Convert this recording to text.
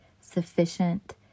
sufficient